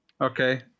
okay